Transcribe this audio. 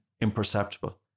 imperceptible